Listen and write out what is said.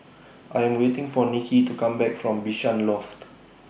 I Am waiting For Nicky to Come Back from Bishan Loft